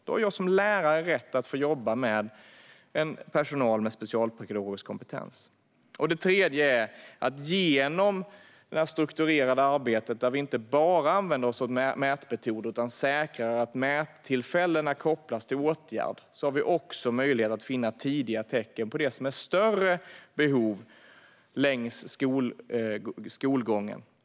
Då har jag som lärare rätt att få jobba med personal med specialpedagogisk kompetens. Det tredje är att vi genom det strukturerade arbetet, där vi inte bara använder mätmetoder utan också säkrar att mättillfällena kopplas till åtgärd, också har möjlighet att finna tidiga tecken på att någon har större behov under sin skolgång.